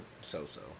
so-so